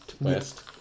west